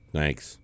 Thanks